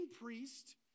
priest